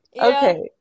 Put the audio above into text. Okay